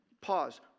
Pause